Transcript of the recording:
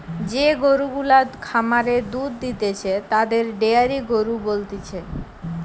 যে গরু গুলা খামারে দুধ দিতেছে তাদের ডেয়ারি গরু বলতিছে